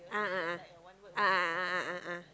ah a'ah a'ah a'ah a'ah